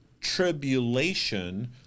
tribulation